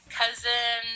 cousin